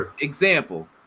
Example